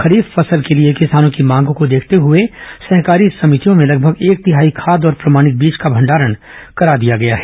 खरीफ फसल के लिए किसानों की मांग देखते हुए सहकारी समितियों में लगभग एक तिहाई खाद और प्रमाणित बीज का भंडारण करा दिया गया है